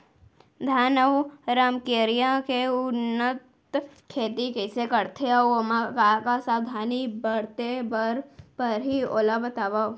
धान अऊ रमकेरिया के उन्नत खेती कइसे करथे अऊ ओमा का का सावधानी बरते बर परहि ओला बतावव?